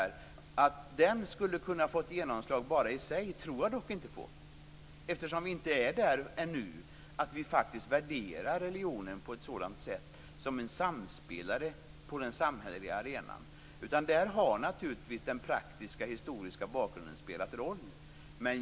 Att den skulle kunna få ett genomslag bara i sig tror jag dock inte på, eftersom vi inte är där ännu att vi värderar religionen som en samspelare på den samhälleliga arenan. Där har naturligtvis den praktiska historiska bakgrunden spelat en roll.